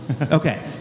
Okay